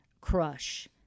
crush